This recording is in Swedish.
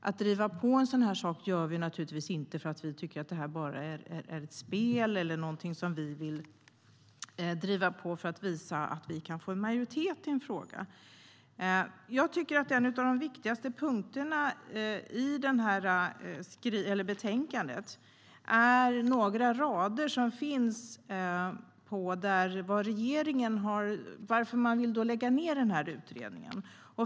Att driva på en sådan sak gör vi naturligtvis inte för att det bara är ett spel eller för att visa att vi kan få majoritet i en fråga. En av de viktigaste punkterna i betänkandet är några rader om varför regeringen vill lägga ned utredningen.